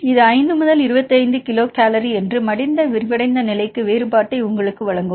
இது 5 முதல் 25 kilo calorie என்று மடிந்த விரிவடைந்த நிலைக்கு வேறுபாட்டை உங்களுக்கு வழங்கும்